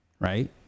right